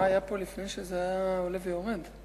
מה היה פה לפני שזה היה עולה ויורד?